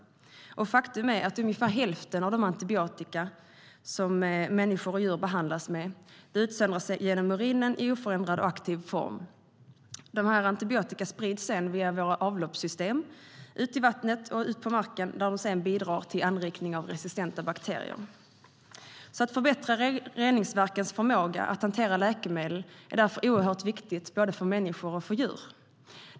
Faktum är att ungefär hälften av den antibiotika som människor och djur behandlas med utsöndras genom urinen i oförändrad och aktiv form. Denna antibiotika sprids sedan via våra avloppssystem ut i vatten och på marken där de sedan bidrar till anrikningen av resistenta bakterier. Att förbättra reningsverkens förmåga att hantera läkemedel är därför oerhört viktigt för både människor och djur.